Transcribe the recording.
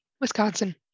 Wisconsin